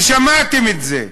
ושמעתם את זה.